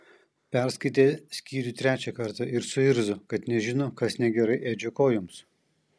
perskaitė skyrių trečią kartą ir suirzo kad nežino kas negerai edžio kojoms